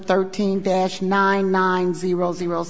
thirteen dash nine nine zero zero